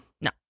No